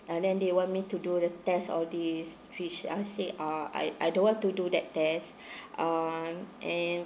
and then they want me to do the test all these which I say ah I I don't want to do that test um and